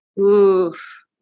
Oof